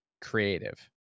creative